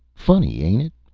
funny, ain't it?